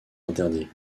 interdits